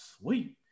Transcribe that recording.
sweet